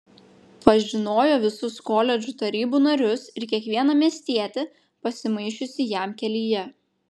pažinojo visus koledžų tarybų narius ir kiekvieną miestietį pasimaišiusį jam kelyje